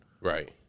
Right